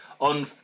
on